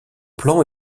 plan